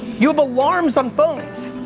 you've alarms on phone.